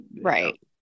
Right